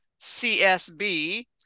CSB